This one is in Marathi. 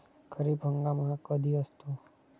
खरीप हंगाम हा कधी असतो?